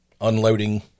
unloading